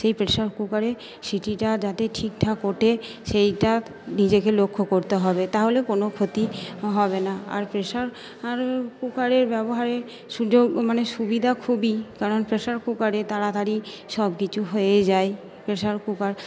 সেই প্রেশার কুকারে সিটিটা যাতে ঠিকঠাক ওঠে সেইটা নিজেকে লক্ষ্য করতে হবে তাহলে কোনো ক্ষতি হবে না আর প্রেশার কুকারের ব্যবহারে সুযোগ মানে সুবিধা খুবই কারণ প্রেশার কুকারে তাড়াতাড়ি সবকিছু হয়ে যায় প্রেশার কুকার